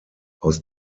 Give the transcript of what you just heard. aus